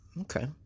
Okay